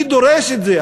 אני דורש את זה.